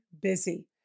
busy